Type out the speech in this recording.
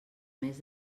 més